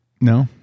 No